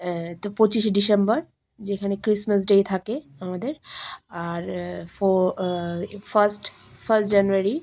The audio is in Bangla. তো পঁচিশে ডিসেম্বর যেখানে ক্রিসমাস ডে থাকে আমাদের আর ফ ফার্স্ট ফার্স্ট জানুয়ারি